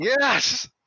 Yes